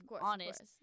honest